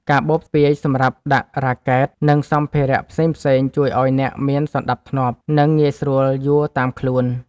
កាបូបស្ពាយសម្រាប់ដាក់រ៉ាកែត និងសម្ភារៈផ្សេងៗជួយឱ្យអ្នកមានសណ្ដាប់ធ្នាប់ និងងាយស្រួលយួរតាមខ្លួន។